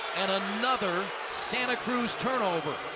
and another santa cruz turnover.